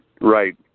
Right